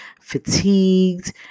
fatigued